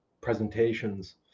presentations